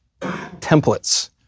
Templates